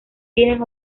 vienen